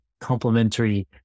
complementary